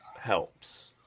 helps